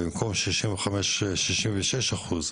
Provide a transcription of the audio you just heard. במקום שישים ושש אחוז,